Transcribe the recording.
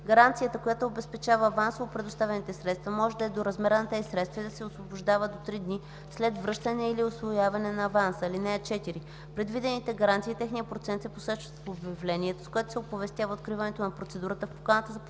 Гаранцията, която обезпечава авансово предоставените средства, може да е до размера на тези средства и се освобождава до три дни след връщане или усвояване на аванса. (4) Предвидените гаранции и техният процент се посочват в обявлението, с което се оповестява откриването на процедурата, в поканата за потвърждаване